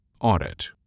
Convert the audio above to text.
Audit